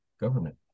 government